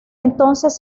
entonces